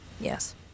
Yes